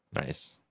nice